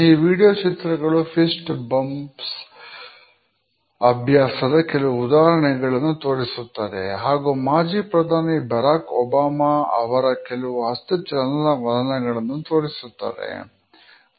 ಈ ವಿಡಿಯೋ ಚಿತ್ರಗಳು fist bump ಅಭ್ಯಾಸದ ಕೆಲವು ಉದಾಹರಣೆಗಳನ್ನು ತೋರಿಸುತ್ತದೆ ಹಾಗೂ ಮಾಜಿ ಪ್ರಧಾನಿ ಬರಾಕ್ ಒಬಾಮ ಅವರ ಕೆಲವು ಹಸ್ತ ಚಲನವಲನಗಳನ್ನು ತೋರಿಸುತ್ತದೆ